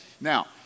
Now